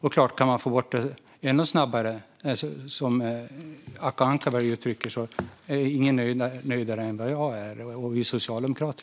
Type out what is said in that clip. Om man kan få bort dem ännu snabbare, som Acko Ankarberg Johansson ger uttryck för att hon vill, är givetvis ingen nöjdare än jag och vi socialdemokrater.